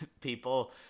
people